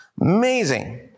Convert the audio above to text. amazing